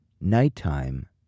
Nighttime